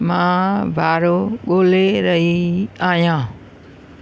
मां भाड़ो ॻोल्हे रही आहियां